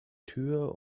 tür